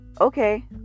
okay